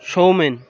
Soumen